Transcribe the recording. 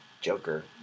Joker